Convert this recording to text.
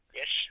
yes